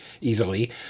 easily